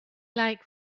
like